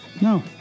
No